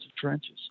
trenches